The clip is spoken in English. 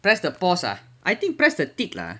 press the pause ah I think press the tick lah